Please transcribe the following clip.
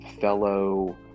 fellow